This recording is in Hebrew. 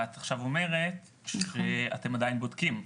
ואת עכשיו אומרת שאתם עדיין בודקים.